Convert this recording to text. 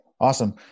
Awesome